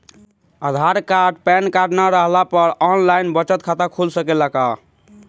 आधार card PAN card न रहला पर आन लाइन बचत खाता खुल सकेला का?